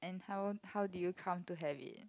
how how did you come to have it